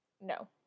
No